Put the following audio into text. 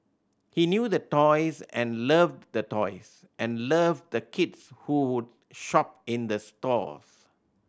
he knew the toys and loved the toys and loved the kids who would shop in the stores